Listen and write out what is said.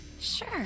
sure